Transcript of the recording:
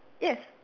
yes